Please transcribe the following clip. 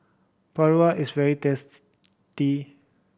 paru is very